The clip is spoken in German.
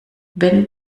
wenn